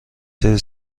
سری